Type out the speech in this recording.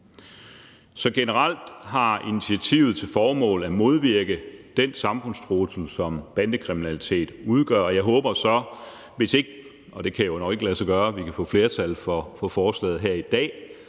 Så generelt har initiativet til formål at modvirke den samfundstrussel, som bandekriminalitet udgør. Og jeg håber så, at hvis ikke vi kan få flertal for forslaget her i dag